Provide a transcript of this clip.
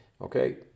okay